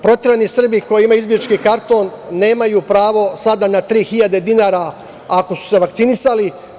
Proterani Srbi koji imaju izbeglički karton nemaju pravo sada na tri hiljade dinara ako su se vakcinisali.